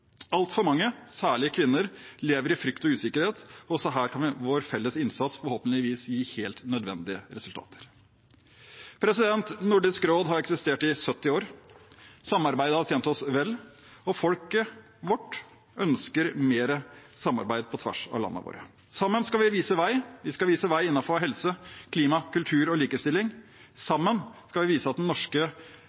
Altfor mange, særlig kvinner, lever i frykt og usikkerhet. Også her kan vår felles innsats forhåpentligvis gi helt nødvendige resultater. Nordisk råd har eksistert i 70 år. Samarbeidet har tjent oss vel, og folket vårt ønsker mer samarbeid på tvers av landene våre. Sammen skal vi vise vei. Vi skal vise vei innenfor helse, klima, kultur og likestilling. Sammen skal vise at den